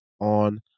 on